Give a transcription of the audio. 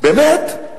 באמת?